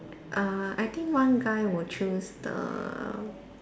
err I think one guy will choose the